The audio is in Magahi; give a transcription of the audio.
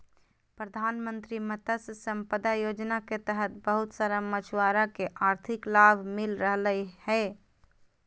प्रधानमंत्री मत्स्य संपदा योजना के तहत बहुत सारा मछुआरा के आर्थिक लाभ मिल रहलय हें